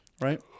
right